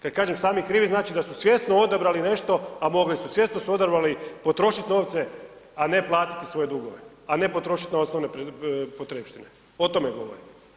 Kad kažem sami krivi znači da su svjesno odabrali nešto a mogli su, svjesno su odabrali potrošit novce, a ne platiti svoje dugove, a ne potrošiti na osnovne potrepštine, o tome govorim.